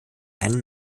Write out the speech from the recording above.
einen